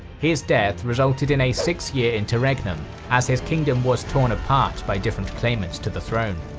his death resulted in a six-year interregnum as his kingdom was torn apart by different claimants to the throne.